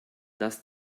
dass